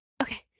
Okay